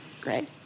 great